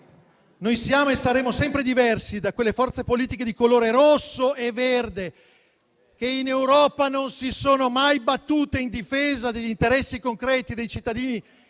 noi siamo e saremo sempre diversi dalle forze politiche di colore rosso e verde che in Europa non si sono mai battute in difesa degli interessi concreti dei cittadini